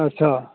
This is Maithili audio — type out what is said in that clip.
अच्छा